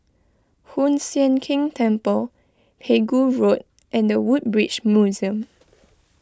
Hoon Sian Keng Temple Pegu Road and the Woodbridge Museum